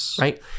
right